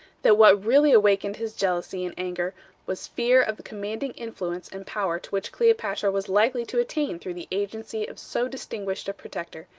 that what really awakened his jealousy and anger was fear of the commanding influence and power to which cleopatra was likely to attain through the agency of so distinguished a protector,